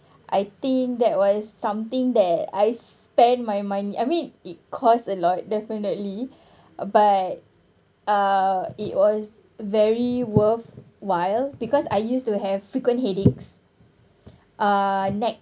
I think that was something that I spend my money I mean it cost a lot definitely but uh it was very worth while because I used to have frequent headaches uh neck